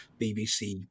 BBC